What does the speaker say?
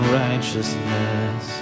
righteousness